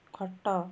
ଖଟ